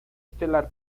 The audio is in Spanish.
estelar